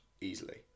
easily